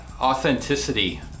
authenticity